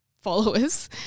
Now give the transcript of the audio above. followers